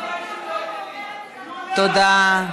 תודה.